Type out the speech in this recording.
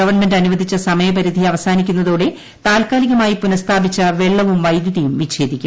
government അനുവദിച്ച സമയപരിധി അവസാനിക്കുന്നതോടെ താൽക്കാലികമായി പുനഃസ്ഥാപിച്ച വെള്ളവും വൈദ്യുതിയും വിച്ഛേദിക്കും